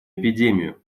эпидемию